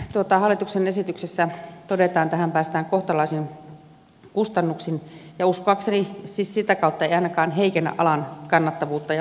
kuten hallituksen esityksessä todetaan tähän päästään kohtalaisin kustannuksin ja uskoakseni siis sitä kautta tämä ei ainakaan heikennä alan kannattavuutta ja houkuttelevuutta